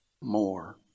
more